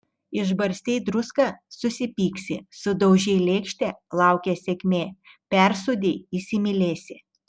išbarstei druską susipyksi sudaužei lėkštę laukia sėkmė persūdei įsimylėsi